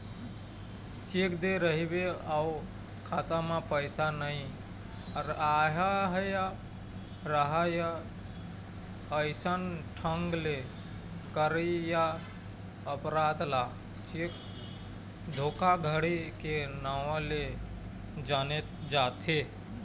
cheque दे रहिबे अउ खाता म पइसा नइ राहय अइसन ढंग ले करइया अपराध ल चेक धोखाघड़ी के नांव ले जाने जाथे